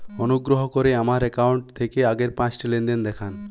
অনুগ্রহ করে আমার অ্যাকাউন্ট থেকে আগের পাঁচটি লেনদেন দেখান